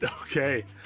okay